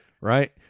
right